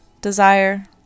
desire